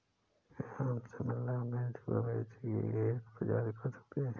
क्या हम शिमला मिर्च को मिर्ची की एक प्रजाति कह सकते हैं?